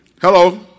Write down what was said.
Hello